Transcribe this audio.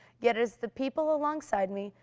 yet as the people alongside me,